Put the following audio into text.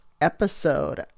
episode